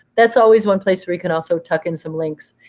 that's always one place where you can also tuck in some links.